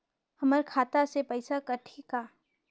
हमर खाता से पइसा कठी का?